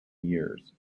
years